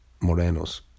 Moreno's